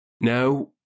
Now